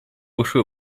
uszły